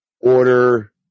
order